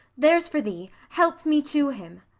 there's for thee help me to him.